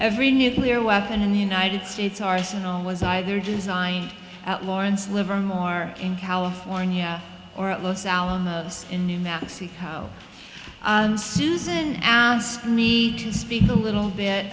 every nuclear weapon in the united states arsenal was either designed at lawrence livermore in california or at los alamos in new mexico and susan asked me to speak a little bit